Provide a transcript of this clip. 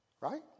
Right